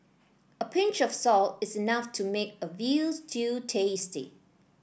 a pinch of salt is enough to make a veal stew tasty